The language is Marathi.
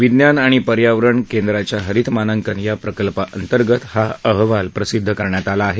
विज्ञान आणि पर्यावरण केंद्राच्या हरित मानांकन या प्रकल्पाअंतर्गत हा अहवाल प्रसिद्ध करण्यात आला आहे